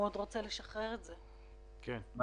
זה